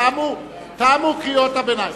תמו קריאות הביניים.